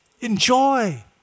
Enjoy